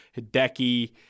Hideki